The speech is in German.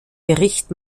bericht